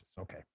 Okay